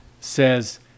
says